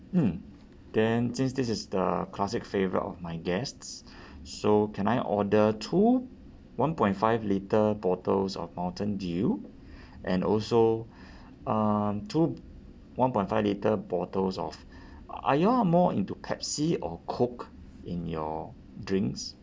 mm then since this is the classic favourite of my guests so can I order two one point five litre bottles of mountain dew and also uh two one point five litre bottles of are y'all more into pepsi or coke in your drinks